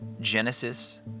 Genesis